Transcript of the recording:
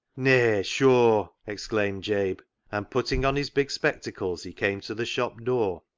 nay sure! exclaimed jabe, and putting on his big spectacles he came to the shop-door,